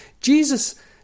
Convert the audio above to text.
Jesus